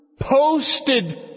posted